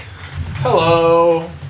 Hello